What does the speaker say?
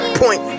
point